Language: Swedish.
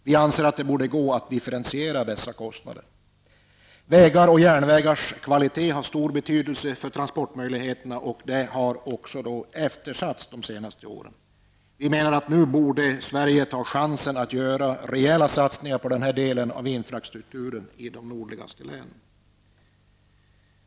Vi anser att det borde gå att differentiera dessa kostnader. Vägar och järnvägars kvalitet har stor betydelse för transportmöjligheterna, och underhållet har eftersatts under de senaste åren. Nu borde Sverige ta chansen att göra rejäla satsningar på den här delen av infrastrukturen i de nordligaste länen.